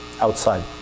outside